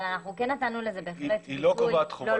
אבל אנחנו נתנו לזה --- היא לא קובעת חובת --- לא,